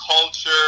culture